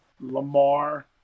Lamar